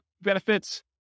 benefits